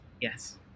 Yes